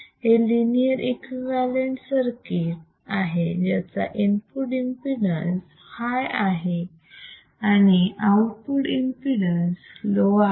हे linear equivalent circuit आहे ज्याचा इनपुट एमपीडन्स हाय आहे आणि आउटपुट एमपीडन्स लो आहे